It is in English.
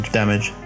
damage